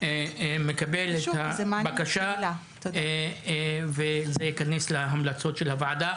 מקבל את הבקשה וזה יכנס להמלצות של הוועדה.